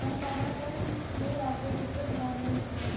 हम दाना कौन चीज में राखबे जिससे खराब नय होते?